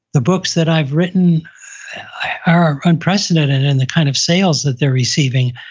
the books that i've written are unprecedented in the kind of sales that they're receiving.